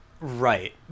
Right